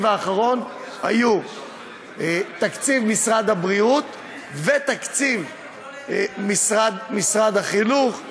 האחרון היו תקציב משרד הבריאות ותקציב משרד החינוך.